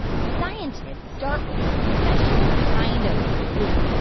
the scientists start with a special kind of gloop.